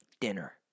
dinner